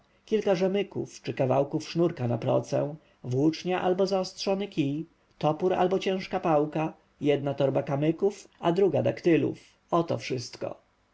kilka rzemyków czy kawałków sznurka na procę włócznia albo zaostrzony kij topór albo ciężka pałka jedna torba kamyków a druga daktylów oto wszystko